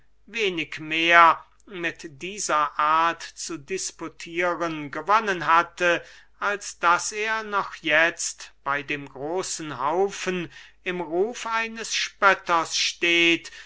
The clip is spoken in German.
wenig mehr mit dieser art zu disputieren gewonnen hatte als daß er noch jetzt bey dem großen haufen im ruf eines spötters steht